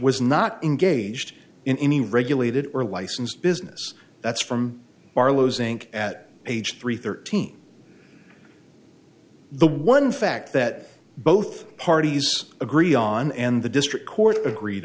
was not engaged in any regulated or licensed business that's from arlo's inc at age three thirteen the one fact that both parties agree on and the district court agreed